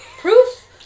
proof